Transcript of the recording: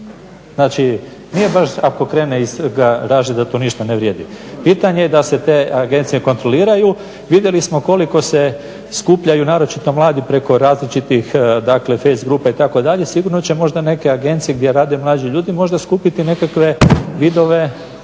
Znači, nije baš ako krene iz garaže da to ništa ne vrijedi. Pitanje je da se te agencije kontroliraju. Vidjeli smo koliko se skupljaju naročito mladi preko različitih, dakle face grupa itd. Sigurno će možda neke agencije gdje rade mlađi ljudi možda skupiti nekakve vidove